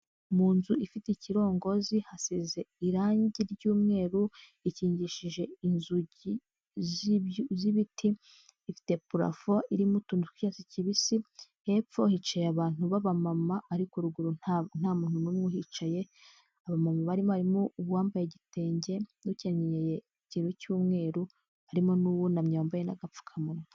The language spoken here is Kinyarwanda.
Mu nzu ifite ikirongozi hasize irangi ry'umweru ikingishije inzugi z'ibiti, ufite purafu iririmo tuntu tw'icyatsi kibisi, hepfo hicaye abantu baba mama ariko ruguru nta muntu n'umwe uhicaye. Aba barimo uwambaye igitenge n'ukenyeye ikintu cy'umweru harimo n'uwunamye wambaye n'agapfukamunwa.